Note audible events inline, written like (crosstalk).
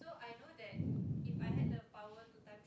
(breath)